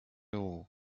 haut